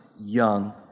young